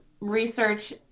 research